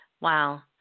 Wow